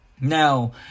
now